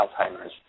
Alzheimer's